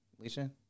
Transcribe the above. Alicia